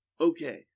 Okay